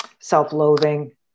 self-loathing